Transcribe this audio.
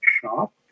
shop